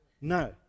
No